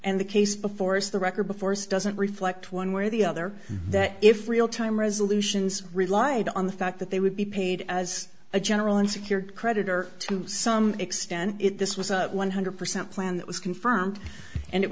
and the case before us the record before stunt reflect one way or the other that if real time resolutions relied on the fact that they would be paid as a general and secured creditor to some extent if this was a one hundred percent plan that was confirmed and it